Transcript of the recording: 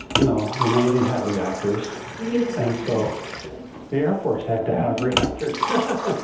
you know, the navy had reactors and so the air force had to have reactors.